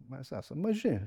mes esam maži